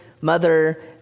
mother